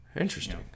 Interesting